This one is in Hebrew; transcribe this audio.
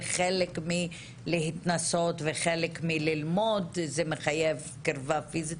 חלק מההתנסות והלמידה שמחייבות קרבה פיזית.